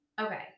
Okay